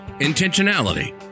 intentionality